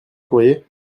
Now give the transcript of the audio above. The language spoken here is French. courrier